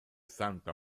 santa